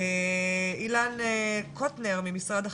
אילן קוטנר ממשרד החינוך,